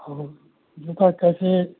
और जूता कैसे